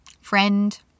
friend